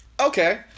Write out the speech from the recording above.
Okay